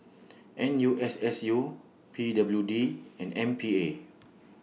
N U S S U P W D and M P A